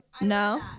No